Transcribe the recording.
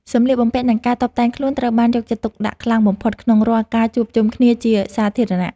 សម្លៀកបំពាក់ និងការតុបតែងខ្លួនត្រូវបានយកចិត្តទុកដាក់ខ្លាំងបំផុតក្នុងរាល់ការជួបជុំគ្នាជាសាធារណៈ។